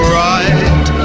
right